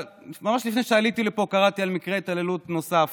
ממש לפני שעליתי לפה קראתי על מקרה התעללות נוסף,